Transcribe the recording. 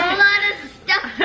lot of stuff